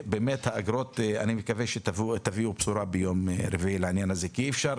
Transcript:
אני מקווה שתביאו ביום רביעי בשורה לעניין הזה כי אי אפשר